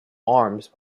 arms